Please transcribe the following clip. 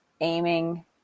aiming